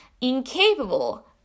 incapable